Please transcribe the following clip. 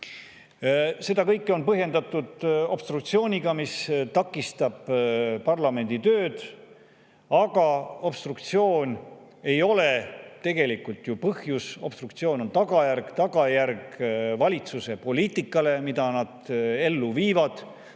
Seda kõike on põhjendatud obstruktsiooniga, mis takistab parlamendi tööd. Aga obstruktsioon ei ole tegelikult ju põhjus, obstruktsioon on tagajärg, tagajärg valitsuse poliitikale, mida nad ellu viivad;